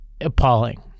appalling